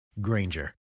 Granger